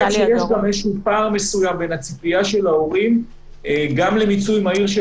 שיש גם איזשהו פער מסוים בין הציפייה של ההורים גם למיצוי מהיר של